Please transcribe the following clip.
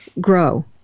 Grow